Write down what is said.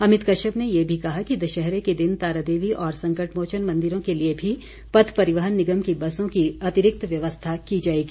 अमित कश्यप ने ये भी कहा कि दशहरे के दिन तारा देवी और संकटमोचन मंदिरों के लिए भी पथ परिवहन निगम की बसों की अतिरिक्त व्यवस्था की जाएगी